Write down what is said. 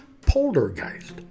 Poltergeist